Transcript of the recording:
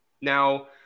Now